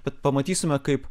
bet pamatysime kaip